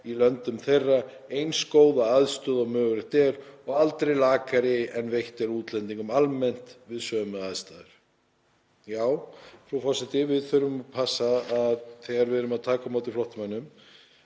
í löndum þeirra, eins góða aðstöðu og mögulegt er, og aldrei lakari en veitt er útlendingum almennt við sömu aðstæður.“ Frú forseti. Við þurfum að passa þegar við erum að taka á móti flóttamönnum